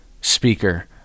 speaker